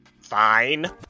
fine